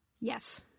Yes